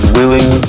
willing